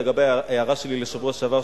לגבי ההערה שלי בשבוע שעבר,